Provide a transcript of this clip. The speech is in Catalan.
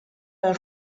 els